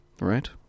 Right